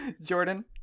Jordan